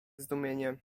zdumienie